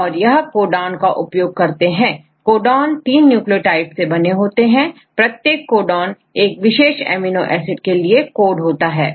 और यह कोडान का उपयोग करते हैं कोडान तीन न्यूक्लियोटाइड से बने होते हैं प्रत्येक कोडॉन एक विशेष अमीनो एसिड के लिए कोड होते हैं